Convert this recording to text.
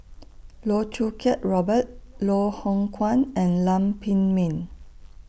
Loh Choo Kiat Robert Loh Hoong Kwan and Lam Pin Min